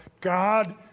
God